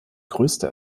größte